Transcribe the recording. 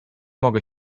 mogę